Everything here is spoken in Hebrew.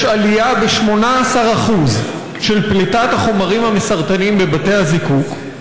יש עלייה של 18% בפליטת החומרים המסרטנים בבתי הזיקוק.